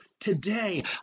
today